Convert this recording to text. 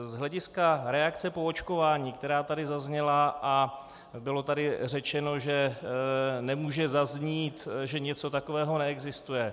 Z hlediska reakce po očkování, která tady zazněla, a bylo tady řečeno, že nemůže zaznít, že něco takového neexistuje.